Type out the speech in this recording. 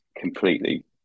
completely